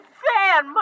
fan